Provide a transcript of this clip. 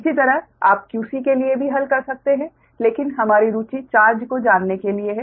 इसी तरह आप qc के लिए भी हल कर सकते हैं लेकिन हमारी रुचि चार्ज को जानने के लिए है